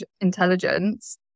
intelligence